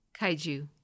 Kaiju